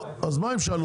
אז מה אם הם שאלו אותך.